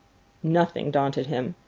nothing daunted him.